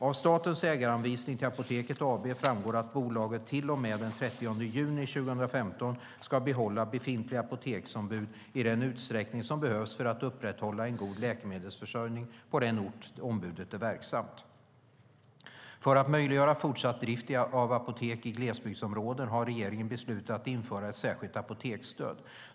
Av statens ägaranvisning till Apoteket AB framgår att bolaget till och med den 30 juni 2015 ska behålla befintliga apoteksombud i den utsträckning som behövs för att upprätthålla en god läkemedelsförsörjning på den ort där ombudet är verksamt. För att möjliggöra fortsatt drift av apotek i glesbygdsområden har regeringen beslutat om att införa ett särskilt apoteksstöd.